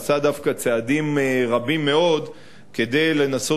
עשה דווקא צעדים רבים מאוד כדי לנסות